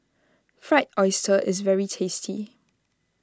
Fried Oyster is very tasty